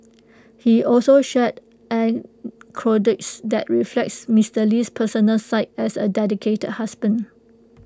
he also shared that reflects Mister Lee's personal side as A dedicated husband